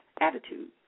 attitude